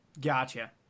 Gotcha